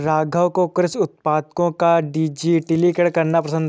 राघव को कृषि उत्पादों का डिजिटलीकरण करना पसंद है